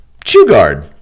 ChewGuard